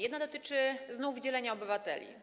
Jedna dotyczy znów dzielenia obywateli.